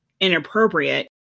inappropriate